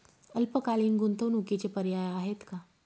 अल्पकालीन गुंतवणूकीचे पर्याय आहेत का?